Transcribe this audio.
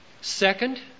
Second